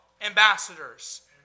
ambassadors